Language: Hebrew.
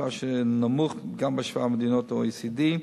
מספר נמוך גם בהשוואה למדינות ה-OECD.